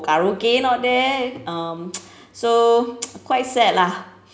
karaoke not there um so quite sad lah